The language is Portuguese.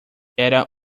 era